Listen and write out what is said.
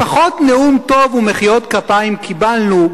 לפחות נאום טוב ומחיאות כפיים קיבלנו,